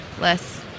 Less